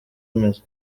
ameze